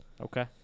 Okay